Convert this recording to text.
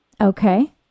Okay